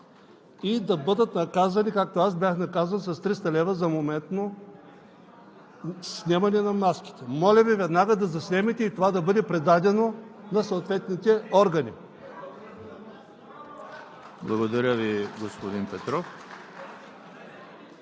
и да бъдат наказани, както аз бях наказан с 300 лв. за моментно снемане на маската. Моля Ви, веднага да заснемете и това да бъде предадено на съответните органи. (Ръкопляскания от